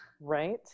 Right